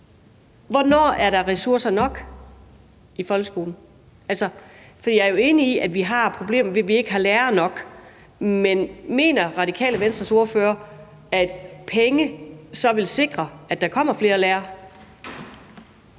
Hvornår er der ressourcer nok i folkeskolen? For jeg er jo enig i, at vi har et problem med, at vi ikke har lærere nok, men mener Radikale Venstres ordfører så, at pengene vil sikre, at der kommer flere lærere?